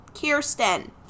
Kirsten